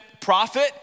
prophet